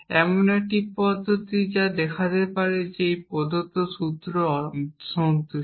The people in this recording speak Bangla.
এমন একটি পদ্ধতি যা দেখাতে পারে যে একটি প্রদত্ত সূত্র অসন্তুষ্ট